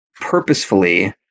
purposefully